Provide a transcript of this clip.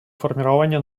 формирование